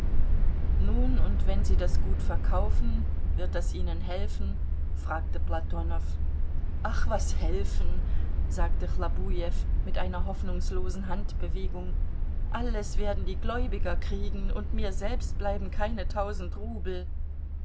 nun und wenn sie das gut verkaufen wird das ihnen helfen fragte platonow ach was helfen sagte chlobujew mit einer hoffnungslosen handbewegung alles werden die gläubiger kriegen und mir selbst bleiben keine tausend rubel